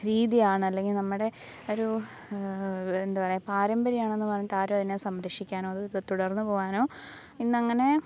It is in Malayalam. രീതിയാണ് അല്ലെങ്കിൽ നമ്മുടെ ഒരു എന്താ പറയുക പാരമ്പര്യം ആണെന്ന് പറഞ്ഞിട്ട് ആരും അതിനെ സംരക്ഷിക്കാനോ അത് തുടർന്ന് പോവാനോ ഇന്നങ്ങനെ